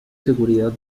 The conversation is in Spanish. seguridad